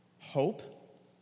hope